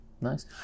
nice